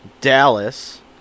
Dallas